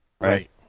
right